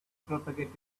propagated